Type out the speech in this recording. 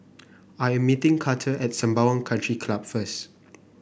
I am meeting Karter at Sembawang Country Club first